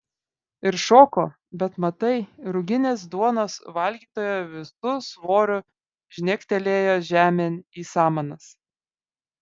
ir šoko bet matai ruginės duonos valgytoja visu svoriu žnegtelėjo žemėn į samanas